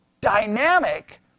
dynamic